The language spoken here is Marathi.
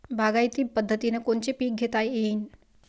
बागायती पद्धतीनं कोनचे पीक घेता येईन?